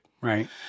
Right